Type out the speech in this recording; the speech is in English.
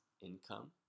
income